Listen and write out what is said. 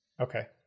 Okay